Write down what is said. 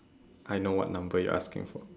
I know what number you're asking for